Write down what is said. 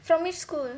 from which school